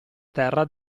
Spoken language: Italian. terra